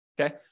okay